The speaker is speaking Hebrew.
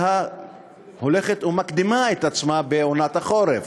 ההולכת ומקדימה את עצמה בעונת החורף.